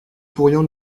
pourrions